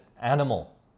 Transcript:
animal